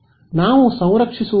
ನಾವು ಸಂರಕ್ಷಿಸುವ ಒಟ್ಟು ಶಕ್ತಿ